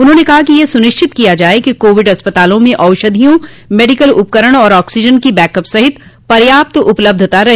उन्होंने कहा कि यह सुनिश्चित किया जाये कि कोविड अस्पतालों में औषधियों मेडिकल उपकरण और आक्सीजन की बैकअप सहित पर्याप्त उपलब्धता रहे